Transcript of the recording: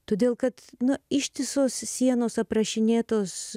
todėl kad na ištisos sienos aprašinėtos